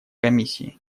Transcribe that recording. комиссии